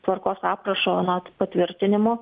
tvarkos aprašo patvirtinimo